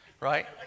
right